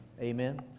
Amen